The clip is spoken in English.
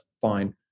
fine